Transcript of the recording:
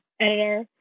editor